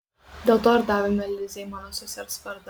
dėl to ir davėme lizei mano sesers vardą